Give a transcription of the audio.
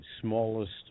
smallest